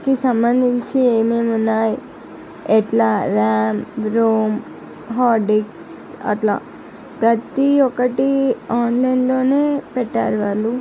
కి సంబంధించి ఏమేమి ఉన్నాయి ఎట్లా ర్యామ్ రోమ్ హార్డ్ డిస్క్ అట్లా ప్రతీ ఒకటి ఆన్లైన్లోనే పెట్టారు వాళ్ళు